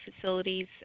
facilities